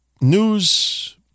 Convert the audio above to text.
news